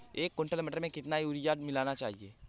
एक कुंटल मटर में कितना यूरिया खाद मिलाना चाहिए?